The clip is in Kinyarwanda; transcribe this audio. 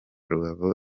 rubavu